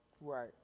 Right